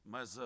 Mas